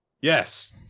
Yes